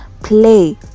play